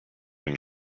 and